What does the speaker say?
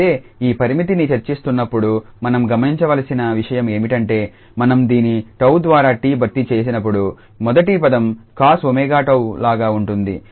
అయితే ఈ పరిమితిని చర్చిస్తున్నప్పుడు మనం గమనించవలసిన విషయం ఏమిటంటే మనం దీన్ని 𝜏 ద్వారా 𝑡 భర్తీ చేసినప్పుడు మొదటి పదం cos𝜔𝜏 లాగా ఉంటుంది